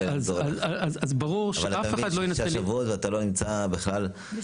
אבל אתה מבין ששישה שבועות אתה בכלל לא נמצא קרוב.